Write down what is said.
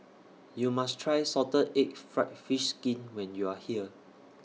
YOU must Try Salted Egg Fried Fish Skin when YOU Are here